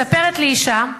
מספרת לי אשה,